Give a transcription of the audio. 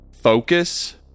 focus